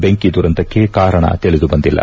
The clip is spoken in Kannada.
ಬೆಂಕಿ ದುರಂತಕ್ಕೆ ಕಾರಣ ತಿಳಿದು ಬಂದಿಲ್ಲ